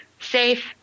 safe